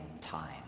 time